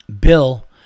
Bill